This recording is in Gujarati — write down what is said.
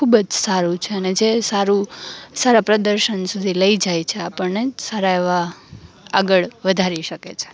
ખૂબ જ સારું છે અને જે સારું સારા પ્રદર્શન સુધી લઈ જાય છે આપણને સારા એવા આગળ વધારી શકે છે